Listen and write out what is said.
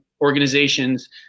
organizations